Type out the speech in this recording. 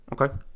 Okay